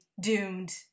doomed